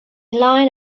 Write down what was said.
line